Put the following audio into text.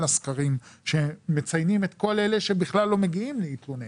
הסקרים שמציינים את כל אלה שבכלל לא מגיעים להתלונן.